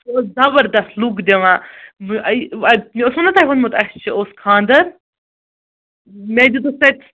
سُہ اوس زَبردَس لُک دِوان مےٚ اوسوٗ نا تۄہہِ ووٚنمُت اَسہِ چھِ اوس خاندَر مےٚ دِتُکھ تَتہِ